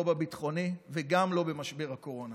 לא ביטחוני, וגם לא במשבר הקורונה.